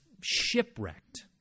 shipwrecked